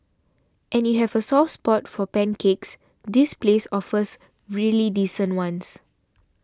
and if you have a soft spot for pancakes this place offers really decent ones